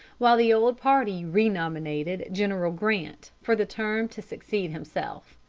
while the old party renominated general grant for the term to succeed himself.